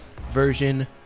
version